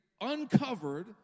uncovered